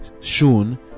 shown